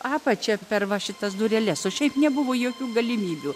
apačią per va šitas dureles o šiaip nebuvo jokių galimybių